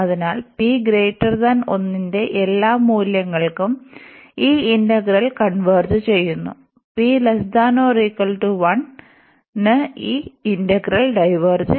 അതിനാൽ p1 ന്റെ എല്ലാ മൂല്യങ്ങൾക്കും ഈ ഇന്റഗ്രൽ കൺവെർജ് p≤1 ഈ ഇന്റഗ്രൽ ഡൈവേർജ്